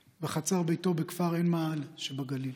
אתמול,